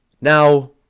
now